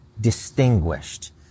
distinguished